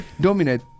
dominate